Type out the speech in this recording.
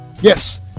Yes